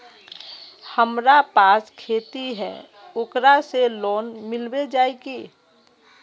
हमरा पास खेती है ओकरा से लोन मिलबे जाए की?